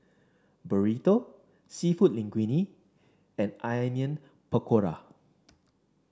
Burrito seafood Linguine and Onion Pakora